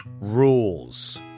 Rules